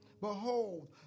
Behold